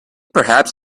perhaps